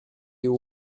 you